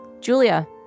Julia